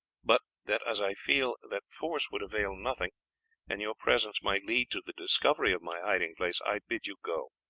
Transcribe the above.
but that, as i feel that force would avail nothing and your presence might lead to the discovery of my hiding-place, i bid you go.